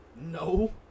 No